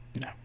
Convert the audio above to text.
No